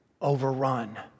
overrun